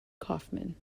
kaufman